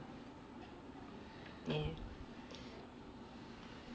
okay